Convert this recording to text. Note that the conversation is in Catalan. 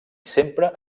sempre